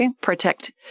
protect